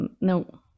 no